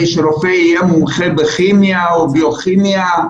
שרופא יהיה מומחה בכימיה או בביו כימיה,